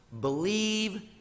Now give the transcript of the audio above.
believe